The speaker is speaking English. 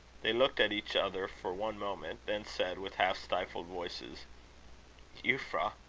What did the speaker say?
they looked at each other for one moment then said, with half-stifled voices euphra!